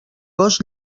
gos